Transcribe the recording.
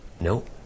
Nope